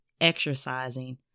exercising